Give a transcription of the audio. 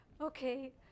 Okay